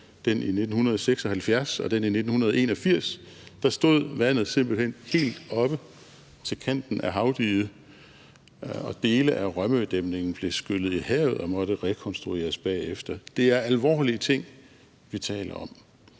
den i 1976 og den i 1981. Da stod vandet simpelt hen helt oppe til kanten af havdiget, og dele af Rømødæmningen blev skyllet i havet og måtte rekonstrueres bagefter. Det er alvorlige ting, vi taler om.